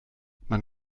man